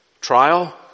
Trial